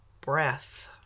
breath